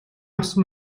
авсан